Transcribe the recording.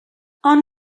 ond